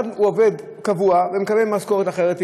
אחד עובד קבוע ומקבל משכורת אחרת,